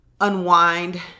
unwind